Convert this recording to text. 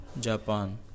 Japan